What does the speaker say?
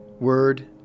word